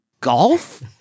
golf